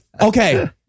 okay